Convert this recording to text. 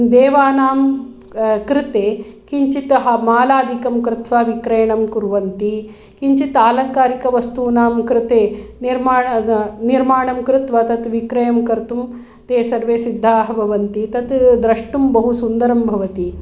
देवानां कृते किञ्चित् मालादिकं कृत्वा विक्रयणं कुर्वन्ति किञ्चित् आलङ्कारिकवस्तूनां कृते निर्माणं कृत्वा तत् विक्रयं कर्तुं ते सर्वे सिद्धाः भवन्ति तत् द्रष्टुं बहुसुन्दरं भवति